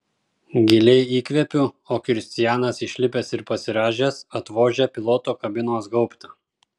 giliai įkvepiu o kristianas išlipęs ir pasirąžęs atvožia piloto kabinos gaubtą